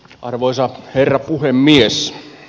arvoisa herra puhemies